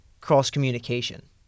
cross-communication